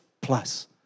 plus